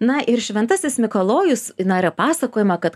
na ir šventasis mikalojus na yra pasakojama kad